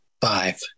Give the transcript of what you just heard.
five